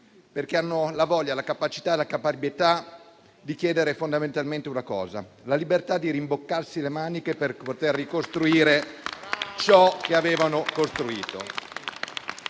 perché hanno la voglia, la capacità e la caparbietà di chiedere fondamentalmente una cosa: la libertà di rimboccarsi le maniche per poter ricostruire ciò che avevano.